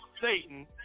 Satan